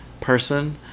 person